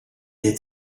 est